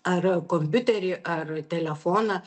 ar kompiuterį ar telefoną